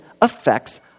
affects